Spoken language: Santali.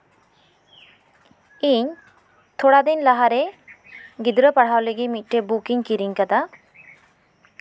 ᱤᱧ ᱛᱷᱚᱲᱟ ᱫᱤᱱ ᱞᱟᱦᱟ ᱨᱮ ᱜᱤᱫᱽᱨᱟᱹ ᱯᱟᱲᱦᱟᱣ ᱞᱟᱹᱜᱤᱫ ᱢᱤᱫᱴᱮᱱ ᱵᱩᱠᱤᱧ ᱠᱤᱨᱤᱧ ᱠᱟᱫᱟ